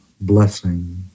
blessing